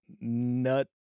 nut